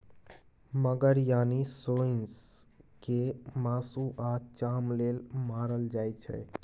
मगर यानी सोंइस केँ मासु आ चाम लेल मारल जाइ छै